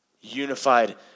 Unified